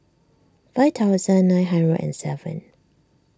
five thousand nine hundred and seven